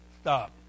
Stop